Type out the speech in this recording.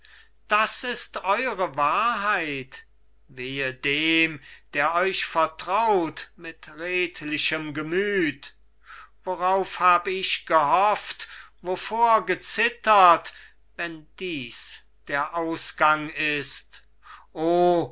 das ist eure wahrheit wehe dem der euch vertraut mit redlichem gemüth worauf hab ich gehofft wovor gezittert wenn dies der ausgang ist